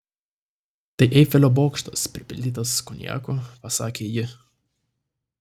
tai eifelio bokštas pripildytas konjako pasakė ji